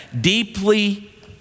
deeply